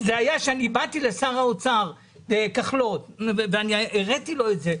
אני באתי לשר האוצר כחלון והראיתי לו את זה,